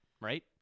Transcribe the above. right